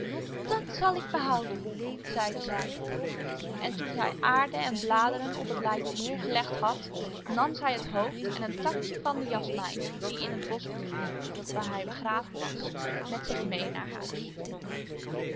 dat zal ik behouden zeide zij en toen zij aarde en bladeren op het lijk neergelegd had nam zij het hoofd en een takje van de jasmijn die in het bosch bloeide waar hij begraven was met zich mee naar huis